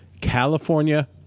California